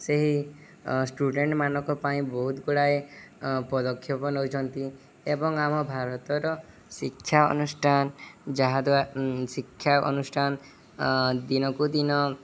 ସେହି ଷ୍ଟୁଡେଣ୍ଟମାନଙ୍କ ପାଇଁ ବହୁତ ଗୁଡ଼ାଏ ପଦକ୍ଷେପ ନଉଛନ୍ତି ଏବଂ ଆମ ଭାରତର ଶିକ୍ଷା ଅନୁଷ୍ଠାନ ଯାହାଦ୍ୱାରା ଶିକ୍ଷା ଅନୁଷ୍ଠାନ ଦିନକୁ ଦିନ